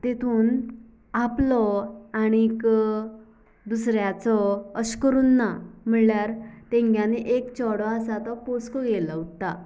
तेतून आपलो आनीक दुसऱ्याचो अशे करून ना म्हणल्यार तेंगे आनी एक चेडो आसा तो पोसको घेयलो उरता